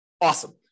awesome